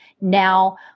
Now